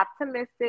optimistic